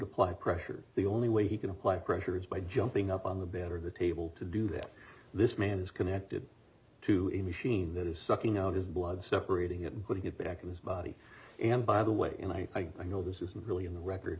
apply pressure the only way he can apply pressure is by jumping up on the banner of the table to do that this man is connected to a machine that is sucking out his blood separating it but he had back in his body and by the way and i know this isn't really in the record